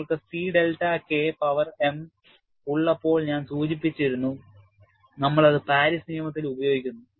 നിങ്ങൾക്ക് C delta K power m ഉള്ളപ്പോൾ ഞാൻ സൂചിപ്പിച്ചിരുന്നു നമ്മൾ അത് പാരീസ് നിയമത്തിൽ ഉപയോഗിക്കുന്നു